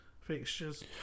fixtures